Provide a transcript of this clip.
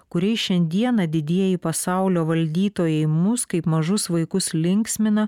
kuriais šiandieną didieji pasaulio valdytojai mus kaip mažus vaikus linksmina